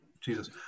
Jesus